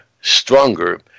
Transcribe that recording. stronger